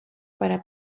para